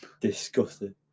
Disgusting